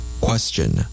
Question